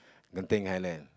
Genting-Highland